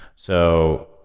so,